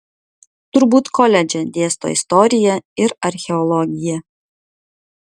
turbūt koledže dėsto istoriją ir archeologiją